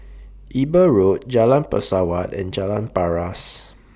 Eber Road Jalan Pesawat and Jalan Paras